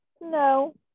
no